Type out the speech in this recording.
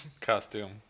costume